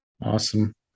awesome